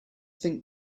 think